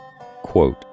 Quote